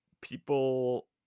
people